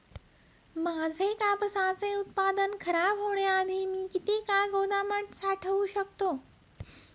माझे कापसाचे उत्पादन खराब होण्याआधी मी किती काळ गोदामात साठवू शकतो?